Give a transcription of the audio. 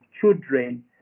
children